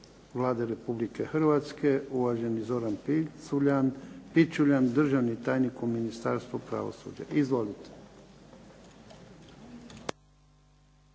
Vlade Republike Hrvatske, uvaženi Zoran Pičuljan, državni tajnik u Ministarstvu pravosuđa. Izvolite.